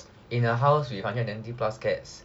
in a house with a hundred and twenty plus cats